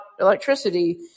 electricity